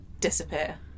disappear